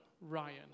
Ryan